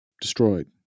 destroyed